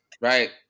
Right